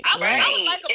right